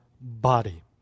body